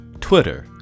Twitter